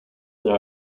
their